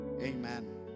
amen